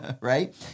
Right